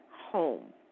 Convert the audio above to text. home